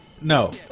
No